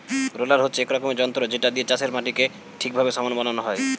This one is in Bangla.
রোলার হচ্ছে এক রকমের যন্ত্র যেটা দিয়ে চাষের মাটিকে ঠিকভাবে সমান বানানো হয়